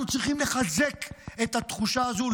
אנחנו צריכים לחזק את התחושה הזאת,